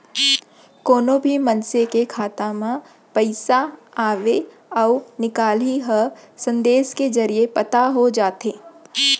कोनो भी मनसे के खाता म पइसा अवइ अउ निकलई ह संदेस के जरिये पता हो जाथे